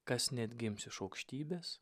kas neatgims iš aukštybės